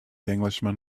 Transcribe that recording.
englishman